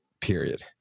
period